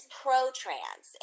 pro-trans